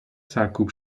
سرکوب